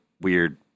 weird